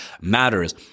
matters